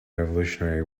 revolutionary